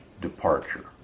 departure